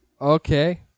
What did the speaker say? Okay